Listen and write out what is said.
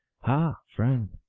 ha, friend,